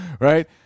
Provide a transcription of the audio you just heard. Right